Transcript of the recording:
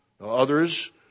Others